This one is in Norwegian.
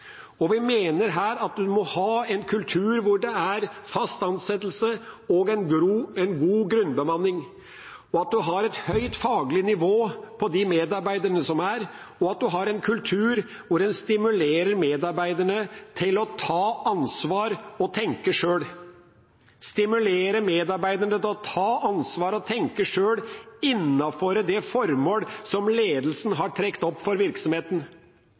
Vi mener her at en må ha en kultur med fast ansettelse og en god grunnbemanning, at en har et høyt faglig nivå på medarbeiderne, og at en har en kultur hvor en stimulerer medarbeiderne til å ta ansvar og tenke sjøl innenfor det formål ledelsen har trukket opp for virksomheten. Dette heter i andre sammenhenger operasjonsbasert ledelse. Det går ut på at en skal stole på dem som